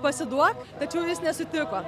pasiduok tačiau jis nesutiko